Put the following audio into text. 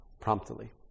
promptly